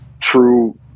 true